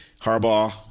Harbaugh